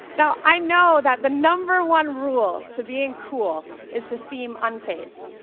now, i know that the number one rule to being cool is to seem unfazed,